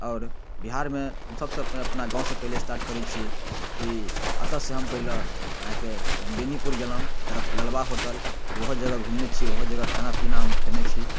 आओर बिहारमे सबसँ पहिने अपना गाँवसँ पहिले स्टार्ट करै छी कि अतऽ से हम पहिले अहाँके बेनीपुर गेलहुँ लालवा होटल ओहो जगह घूमने छी ओहो जगह खाना पीना हम खेने छी